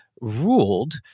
ruled